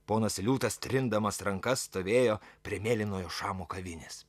ponas liūtas trindamas rankas stovėjo prie mėlynojo šamo kavinės